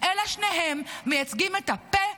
אלא שניהם מייצגים את הפה,